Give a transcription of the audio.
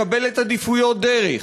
מקבלת עדיפויות דרך,